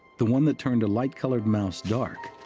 the one that turned a light-colored mouse dark,